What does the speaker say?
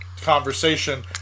conversation